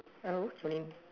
hello what's your name